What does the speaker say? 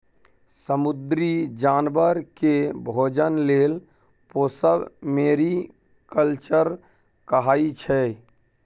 समुद्री जानबर केँ भोजन लेल पोसब मेरीकल्चर कहाइ छै